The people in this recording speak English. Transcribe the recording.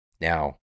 Now